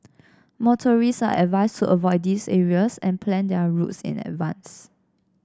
motorists are advised to avoid these areas and plan their routes in advance